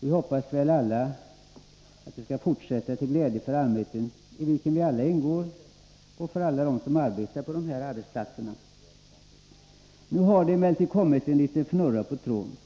Vi hoppas väl alla att det skall fortsätta — till glädje för allmänheten, i vilken vi alla ingår, och för alla dem som arbetar på de här arbetsplatserna. Nu har det emellertid blivit en liten fnurra på tråden.